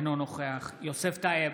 אינו נוכח יוסף טייב,